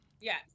Yes